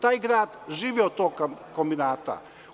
Taj grad živi od tog kombinata.